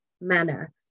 manner